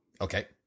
okay